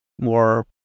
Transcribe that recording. more